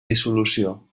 dissolució